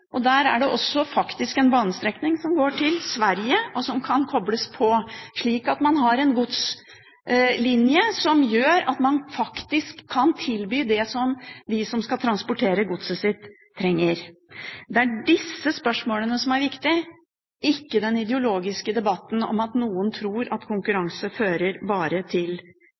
og der er det faktisk også en banestrekning som går til Sverige, og som kan kobles på, slik at man har en godslinje som gjør at man kan tilby det som de som skal transportere godset sitt, trenger. Det er disse spørsmålene som er viktige, ikke den ideologiske debatten om at konkurranse bare fører til fordeler for jernbanen, slik noen tror.